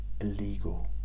illegal